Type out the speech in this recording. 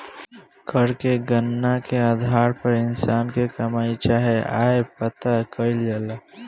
कर के गणना के आधार पर इंसान के कमाई चाहे आय पता कईल जाला